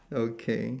okay